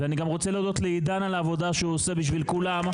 ואני רוצה להודות לעידן על העבודה שהוא עושה בשביל כולם.